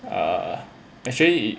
uh actually